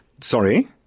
Sorry